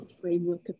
framework